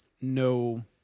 no